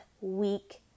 week